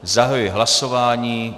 Zahajuji hlasování.